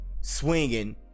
swinging